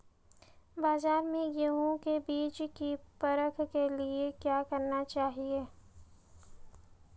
बाज़ार में गेहूँ के बीज की परख के लिए क्या करना चाहिए?